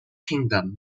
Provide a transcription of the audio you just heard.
kingdom